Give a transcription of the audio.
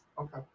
Okay